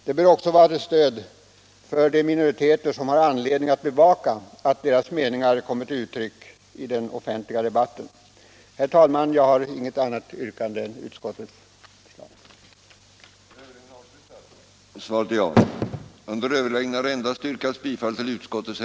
Det bör också vara till stöd för de minoriteter som har anledning att bevaka att deras meningar kommer till uttryck i den offentliga debatten. Herr talman! Jag har inget annat yrkande än bifall till utskottets förslag.